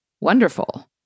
wonderful